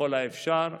ככל האפשר.